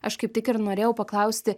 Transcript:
aš kaip tik ir norėjau paklausti